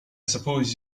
suppose